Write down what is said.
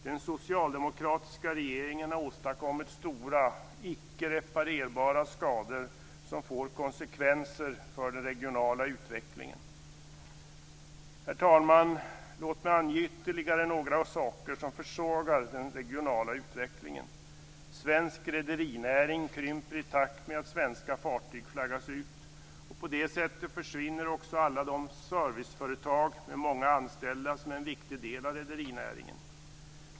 Den socialdemokratiska regeringen har åstadkommit stora - icke reparerbara - skador, som får konsekvenser för den regionala utvecklingen. Herr talman! Låt mig ange ytterligare några saker som försvagar den regionala utvecklingen. Svensk rederinäring krymper i takt med att svenska fartyg flaggas ut. På det sättet försvinner också alla de serviceföretag med många anställda som är en viktig del av rederinäringen.